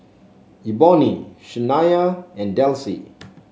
Eboni Shania and Delcie